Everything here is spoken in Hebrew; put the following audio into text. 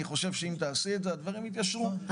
אני חושב שאם תעשי את זה הדברים יתיישרו,